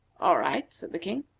all right, said the king.